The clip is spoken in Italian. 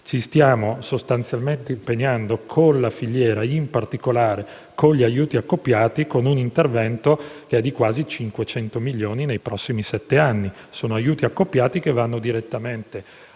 ci stiamo sostanzialmente impegnando con la filiera, in particolare con gli aiuti accoppiati, per un intervento che è di quasi 500 milioni nei prossimi sette anni. Sono aiuti accoppiati che vanno direttamente